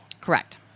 Correct